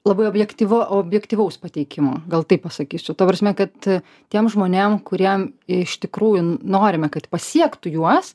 labai objektyva objektyvaus pateikimo gal taip pasakysiu ta prasme kad tiem žmonėm kurie iš tikrųjų n norime kad pasiektų juos